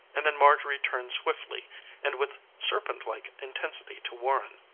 and then marjorie turned swiftly and with serpentlike intensity to warren.